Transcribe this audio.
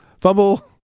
fumble